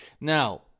Now